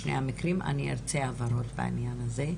בשני המקרים אני ארצה הבהרות בעניין הזה,